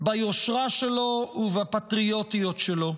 ביושרה שלו ובפטריוטיות שלו.